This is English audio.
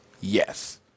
Yes